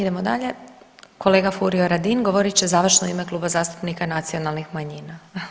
Idemo dalje, kolega Furio Radin govorit će završno u ime Kluba zastupnika nacionalnih manjina.